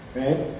right